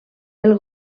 pel